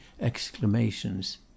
exclamations